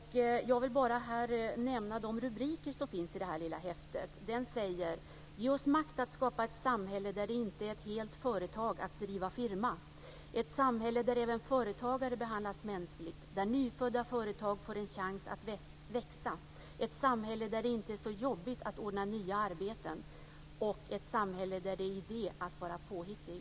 I detta lilla häfte skriver vi bl.a.: Ge oss makt att skapa ett samhälle där det inte är ett helt företag att driva firma, ett samhälle där även företagare behandlas mänskligt, där nyfödda företag får en chans att växa, ett samhälle där det inte är så jobbigt att ordna nya arbeten och ett samhälle där det är idé att vara påhittig.